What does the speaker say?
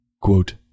Quote